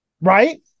right